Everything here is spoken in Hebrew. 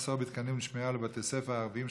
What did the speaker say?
מחסור בתקנים בשמירה על בתי ספר ערבים,